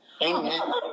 amen